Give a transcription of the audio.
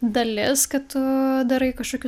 dalis kad tu darai kažkokius